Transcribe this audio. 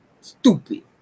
Stupid